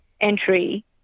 entry